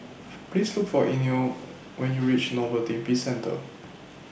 Please Look For Eino when YOU REACH Novelty Bizcentre